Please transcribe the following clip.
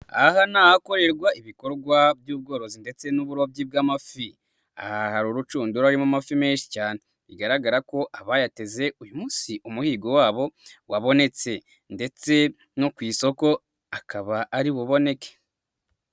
Aha ni ahakorerwa ibikorwa by'ubworozi ndetse n'uburobyi bw'amafi, aha hari urucundura rurimo amafi menshi cyane, bigaragara ko abayateze uyu munsi umuhigo wabo wabonetse ndetse no ku isoko akaba ari buboneke.